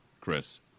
Chris